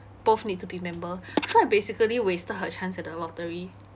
both need to be member so I basically wasted her chance at the lottery